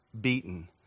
beaten